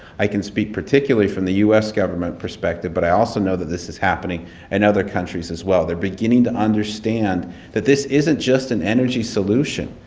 i can speak particularly from the u s. government perspective. but i also know that this is happening in other countries as well. they're beginning to understand that this isn't just an energy solution.